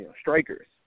strikers